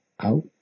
Out